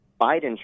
Biden